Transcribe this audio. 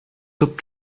sub